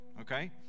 okay